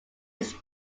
its